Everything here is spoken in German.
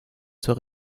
zur